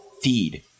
feed